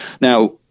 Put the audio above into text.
now